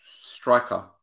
striker